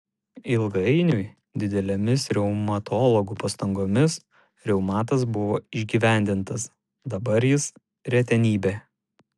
ilgainiui didelėmis reumatologų pastangomis reumatas buvo išgyvendintas dabar jis retenybė